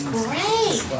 great